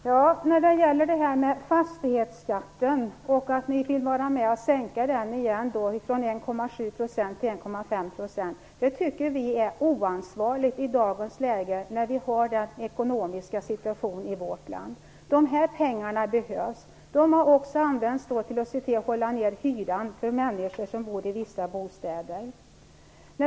Fru talman! Ni vill sänka fastighetsskatten från 1,7 % till 1,5 %. Det tycker vi är oansvarigt i dagens läge när vi har den ekonomiska situation i vårt land som vi har. Dessa pengar behövs. De har också använts för att hålla nere hyran för människor som bor i vissa bostäder.